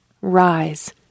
Rise